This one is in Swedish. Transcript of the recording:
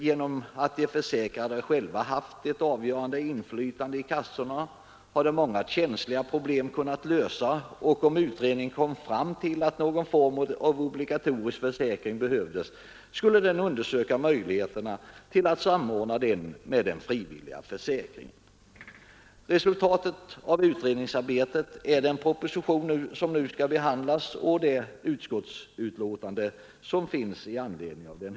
Genom att de försäkrade själva haft ett avgörande inflytande i kassorna, hade många känsliga problem kunnat lösas. Om utredningen kom fram till att någon form av obligatorisk försäkring behövdes, skulle man undersöka möjligheterna att samordna detta med den frivilliga försäkringen. Resultatet av utredningsarbetet är den proposition som nu skall behandlas och det utskottsbetänkande som finns i anledning av den.